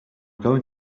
going